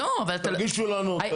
תגישו לנו --- לא,